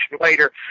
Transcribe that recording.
later